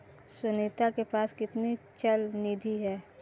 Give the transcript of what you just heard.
सुनीता के पास कितनी चल निधि है?